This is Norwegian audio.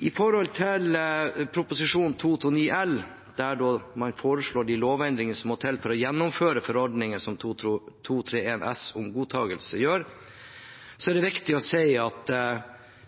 Når det gjelder Prop. 229 L, der man foreslår de lovendringene som må til for å gjennomføre forordningene som Prop. 231 S om godkjennelse gjør rede for, er det viktig å si at